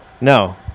no